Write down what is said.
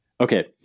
Okay